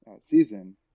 season